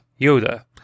Yoda